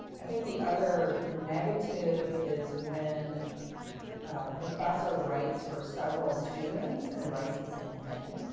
i think the other negative is when a professor writes for several students and writes the same thing.